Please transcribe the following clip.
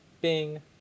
Bing